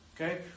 Okay